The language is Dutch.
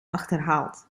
achterhaald